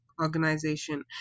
organization